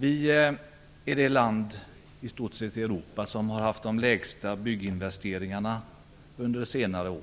Vi är i stort sett det land i Europa som har haft de lägsta bygginvesteringarna under senare år.